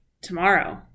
tomorrow